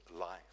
life